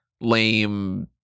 lame